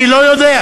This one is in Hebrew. אני לא יודע.